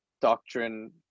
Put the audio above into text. doctrine